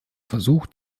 versuch